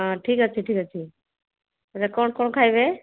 ହଁ ଠିକ ଅଛି ଠିକ୍ ଅଛି ହେ କ'ଣ କ'ଣ ଖାଇବେ